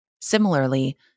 Similarly